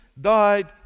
died